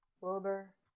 Wilbur